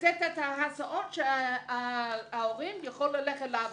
לתת את ההצעות כדי שההורה יוכל ללכת לעבודה.